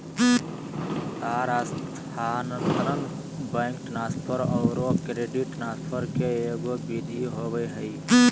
तार स्थानांतरण, bank transfer औरो क्रेडिट ट्रांसफ़र के एगो विधि होबो हइ